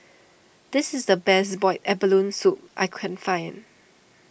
this is the best Boiled Abalone Soup I can find